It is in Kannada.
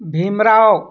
ಭೀಮ ರಾವ್